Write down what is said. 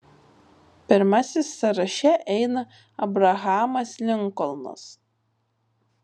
pirmasis sąraše eina abrahamas linkolnas